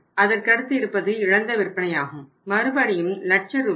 அதற்கடுத்து இருப்பது இழந்த விற்பனையாகும் மறுபடியும் லட்ச ரூபாயில்